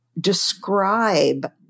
describe